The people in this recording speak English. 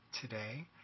today